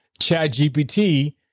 ChatGPT